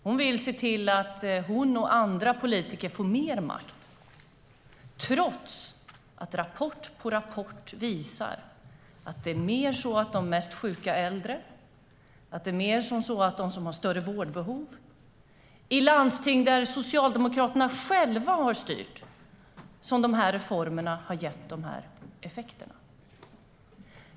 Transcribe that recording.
Hon vill se till att hon och andra politiker får mer makt trots att rapport på rapport visar att de här reformerna har gett mer av de här effekterna för de mest sjuka äldre och dem som har större vårdbehov i landsting där Socialdemokraterna själva har styrt.